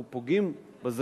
אנחנו פוגעים בזכאות.